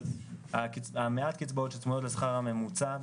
אבל מעט הקצבאות שצמודות לשכר הממוצע,